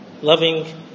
Loving